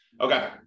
Okay